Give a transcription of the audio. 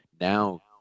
Now